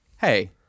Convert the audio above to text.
Hey